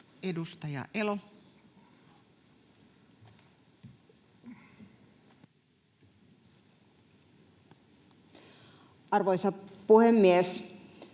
Edustaja Elo. Arvoisa puhemies!